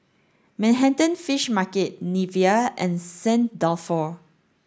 Manhattan Fish Market Nivea and Saint Dalfour